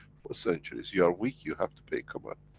for centuries. you are weak, you have to pay. come on.